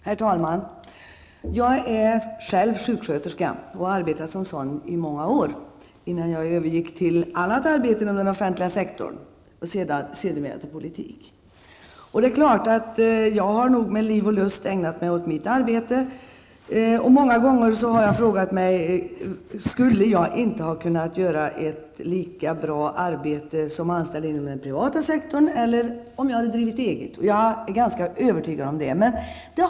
Herr talman! Jag är själv sjuksköterska och har arbetat som sådan i många år innan jag övergick till annat arbete inom den offentliga sektorn och sedermera till politik. Det är klart att jag med liv och lust ägnat mig åt mitt arbete. Många gånger har jag frågat mig om jag inte skulle ha kunnat göra ett lika bra arbete som anställd på den privata sektorn eller om jag hade drivit eget. Och jag är ganska övertygad om att jag skulle det.